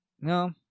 no